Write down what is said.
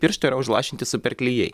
piršto yra užlašinti super klijai